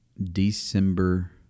December